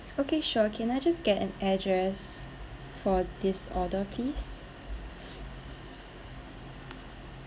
okay sure can I just get an address for this order please